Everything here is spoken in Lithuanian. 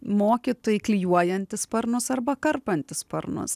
mokytojai klijuojantys sparnus arba karpantys sparnus